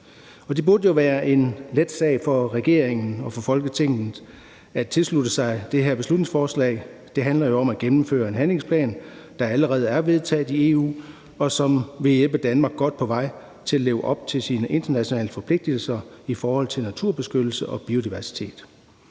Det burde jo være en let sag for regeringen og for Folketinget at tilslutte sig det her beslutningsforslag. Det handler jo om at gennemføre en handlingsplan, der allerede er vedtaget i EU, og som vil hjælpe Danmark godt på vej til at leve op til sine internationale forpligtelser i forhold til naturbeskyttelse og biodiversitet.